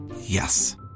Yes